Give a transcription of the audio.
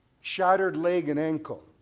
shattered leg and ankle.